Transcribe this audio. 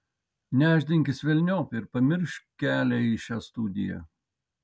nešdinkis velniop ir pamiršk kelią į šią studiją